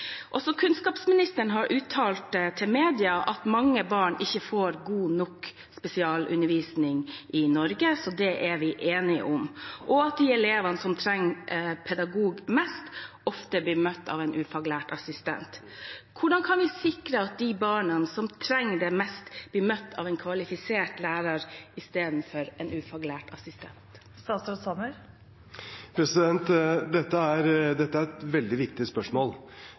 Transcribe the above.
Også kunnskapsministeren har uttalt til media at mange barn ikke får god nok spesialundervisning i Norge, så det er vi enige om, og at de elevene som trenger pedagog mest, ofte blir møtt av en ufaglært assistent. Hvordan kan vi sikre at de barna som trenger det mest, blir møtt av en kvalifisert lærer istedenfor en ufaglært assistent? Dette er et veldig viktig spørsmål.